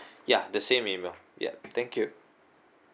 ya the same email yup thank you